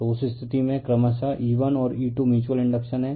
तो उस स्थिति में क्रमशः E1 और E2 म्यूच्यूअल इंडक्शन हैं